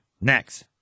next